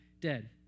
dead